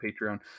Patreon